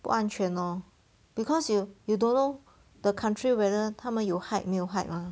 不安全 orh because you you don't know the country whether 他们有 hide 没有 hide mah